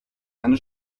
eine